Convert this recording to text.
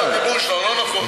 לא נכון.